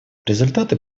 результаты